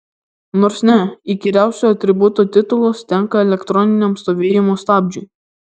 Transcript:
nors ne įkyriausio atributo titulas tenka elektroniniam stovėjimo stabdžiui